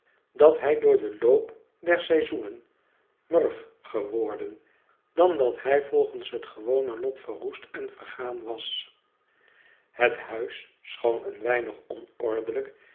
dat hij door den loop der seizoenen murw geworden dan dat hij volgens het gewone lot verroest en vergaan was het huis schoon een weinig